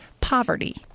poverty